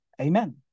Amen